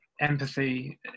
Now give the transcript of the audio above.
empathy